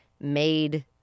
made